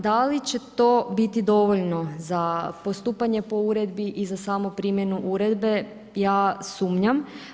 Da li će to biti dovoljno za postupanje po uredbi i za samu primjenu uredbe ja sumnjam.